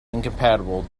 incompatible